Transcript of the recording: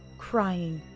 crying.